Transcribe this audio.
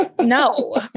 No